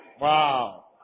Wow